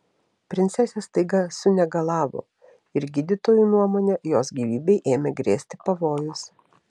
princesė staiga sunegalavo ir gydytojų nuomone jos gyvybei ėmė grėsti pavojus